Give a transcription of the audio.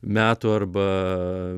metų arba